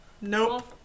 Nope